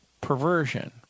perversion